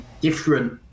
different